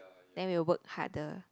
then we will work harder